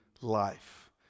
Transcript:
life